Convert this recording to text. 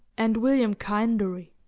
and william kinderey.